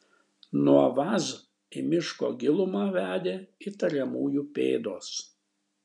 nuo vaz į miško gilumą vedė įtariamųjų pėdos